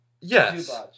Yes